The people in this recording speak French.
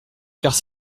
perds